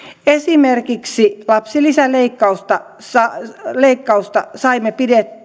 esimerkiksi lapsilisäleikkausta saimme